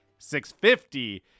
650